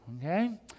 Okay